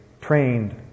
trained